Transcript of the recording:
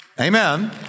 amen